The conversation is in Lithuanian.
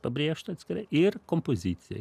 pabrėžta atskirai ir kompoziciją